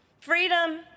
Freedom